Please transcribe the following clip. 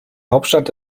hauptstadt